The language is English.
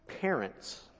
parents